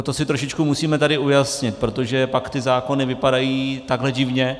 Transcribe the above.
To si trošičku musíme tady ujasnit, protože pak ty zákony vypadají takhle divně.